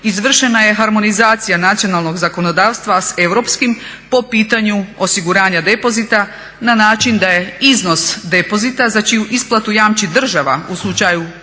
izvršena je harmonizacija nacionalnog zakonodavstva sa europskim po pitanju osiguranja depozita na način da je iznos depozita za čiju isplatu jamči država u slučaju propasti